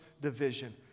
division